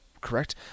correct